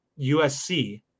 USC